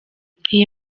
iyi